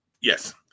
Yes